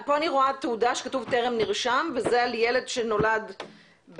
פה אני רואה תעודה שכתוב 'טרם נרשם' וזה על ילד שנולד ב-2011.